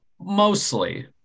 mostly